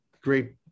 great